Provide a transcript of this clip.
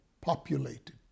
populated